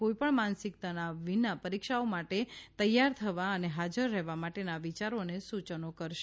કોઈપણ માનસિક તનાવ વિના પરીક્ષાઓ માટે તૈયાર થવા અને હાજર રહેવા માટેના વિચારો અને સૂચનો કરશે